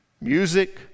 music